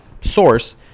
source